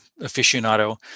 aficionado